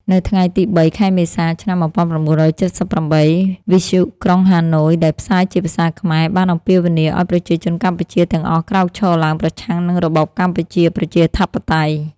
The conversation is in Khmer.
នៅថ្ងៃទី ៣ ខែមេសា ឆ្នាំ ១៩៧៨ វិទ្យុក្រុងហាណូយដែលផ្សាយជាភាសាខ្មែរបានអំពាវនាវឱ្យប្រជាជនកម្ពុជាទាំងអស់ក្រោកឈរឡើងប្រឆាំងនឹងរបបកម្ពុជាប្រជាធិបតេយ្យ។